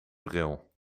bril